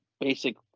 basic